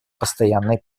постоянной